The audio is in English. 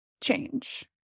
change